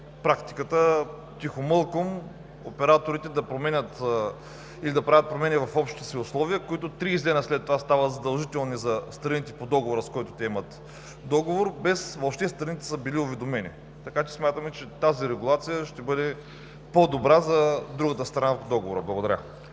практиката тихомълком операторите да правят промени в общите си условия, които 30 дни след това стават задължителни за страните по договора, с които те имат договор, без въобще страните да са били уведомени. Смятаме, че тази регулация ще бъде по-добра за другата страна в договора. Благодаря.